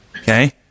Okay